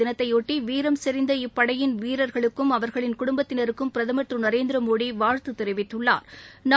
தினத்தையொட்டி வீரம் செறிந்த இப்படையின் வீரர்களுக்கும் அவர்களின் கடற்படை குடும்பத்தினருக்கும் பிரதம் திரு நரேந்திரமோடி வாழ்த்து தெரிவித்துள்ளாா்